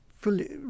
fully